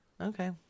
Okay